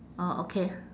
orh okay